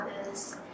others